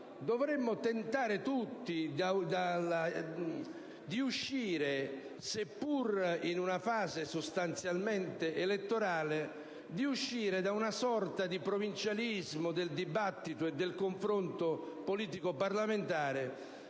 dovremmo tentare tutti di uscire, seppur in una fase sostanzialmente elettorale, da una sorta di provincialismo del dibattito e del confronto politico parlamentare